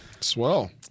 Swell